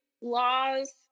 laws